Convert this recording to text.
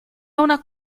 una